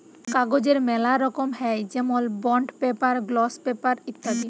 কাগজের ম্যালা রকম হ্যয় যেমল বন্ড পেপার, গ্লস পেপার ইত্যাদি